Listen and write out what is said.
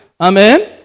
Amen